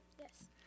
Yes